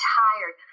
tired